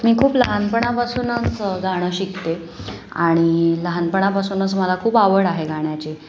मी खूप लहानपणापासूनच गाणं शिकते आणि लहानपणापासूनच मला खूप आवड आहे गाण्याची